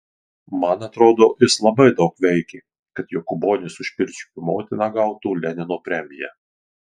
man atrodo jis labai daug veikė kad jokūbonis už pirčiupių motiną gautų lenino premiją